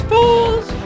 Fools